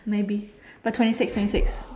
maybe but twenty six twenty six